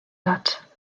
that